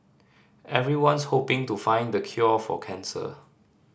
everyone's hoping to find the cure for cancer